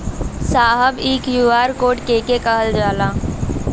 साहब इ Q R code के के कहल जाला?